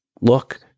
look